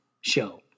show